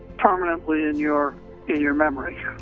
permanently in your in your memory.